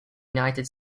united